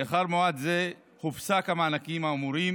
לאחר מועד זה הופסקו המענקים האמורים,